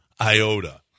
iota